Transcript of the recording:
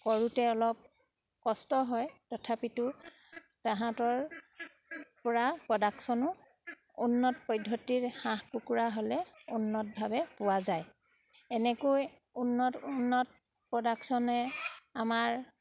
কৰোঁতে অলপ কষ্ট হয় তথাপিতো তাহাঁতৰপৰা প্ৰডাকশ্যনো উন্নত পদ্ধতিৰ হাঁহ কুকুৰা হ'লে উন্নতভাৱে পোৱা যায় এনেকৈ উন্নত উন্নত প্ৰডাকশ্যনে আমাৰ